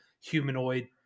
humanoid